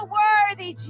worthy